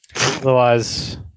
Otherwise